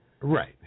Right